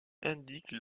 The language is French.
indique